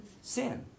Sin